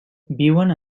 viuen